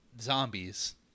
zombies